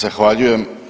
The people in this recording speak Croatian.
Zahvaljujem.